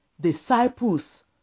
disciples